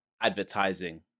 advertising